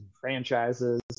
franchises